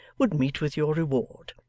would meet with your reward.